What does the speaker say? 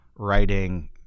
writing